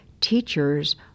teachers